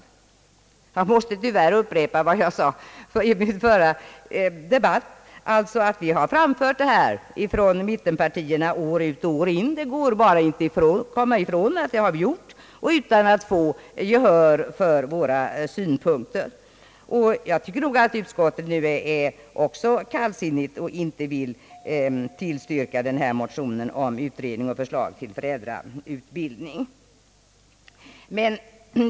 Jag måste tyvärr upprepa vad jag sade i den förra debatten, nämligen att mittenpartierna år ut och år in har fram fört dessa önskemål — det går bara inte att komma ifrån att vi har gjort det — utan att vinna gehör för våra synpunkter. Jag tycker nog att utskottet varit mycket kallsinnigt, då det inte velat tillstyrka utredning och förslag om föräldrautbildning.